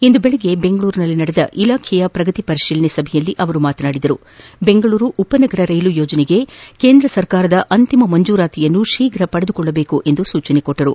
ಇಂದು ಬೆಳಗ್ಗೆ ಬೆಂಗಳೂರಿನಲ್ಲಿ ನಡೆದ ಇಲಾಖೆಯ ಪ್ರಗತಿ ಪರಿಶೀಲನಾ ಸಭೆಯಲ್ಲಿ ಮಾತನಾಡಿದ ಅವರು ದೆಂಗಳೂರು ಉಪನಗರ ರೈಲು ಯೋಜನೆಗೆ ಕೇಂದ್ರ ಸರ್ಕಾರದ ಅಂತಿಮ ಮಂಜೂರಾತಿಯನ್ನು ಶೀಘವಾಗಿ ಪಡೆದುಕೊಳ್ಳಬೇಕು ಎಂದು ಸೂಚಿಸಿದರು